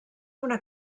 una